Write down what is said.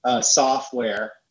software